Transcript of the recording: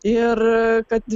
ir kad